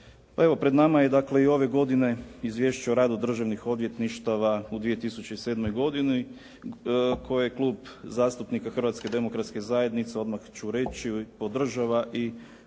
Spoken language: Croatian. pred nama je dakle i ove godine izvješće o radu Državnih odvjetništava u 2007. godini koje Klub zastupnika Hrvatske demokratske zajednice odmah ću reći podržava i u